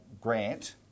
grant